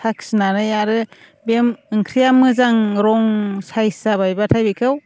साखिनानै आरो बे ओंख्रिया मोजां रं सायस जाबायबाथाय बेखौ